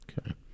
Okay